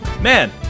Man